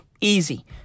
Easy